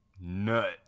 Nut